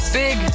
big